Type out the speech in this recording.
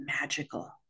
magical